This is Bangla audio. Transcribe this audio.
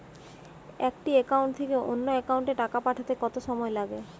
একটি একাউন্ট থেকে অন্য একাউন্টে টাকা পাঠাতে কত সময় লাগে?